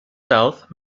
south